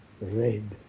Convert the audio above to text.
red